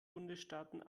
bundesstaaten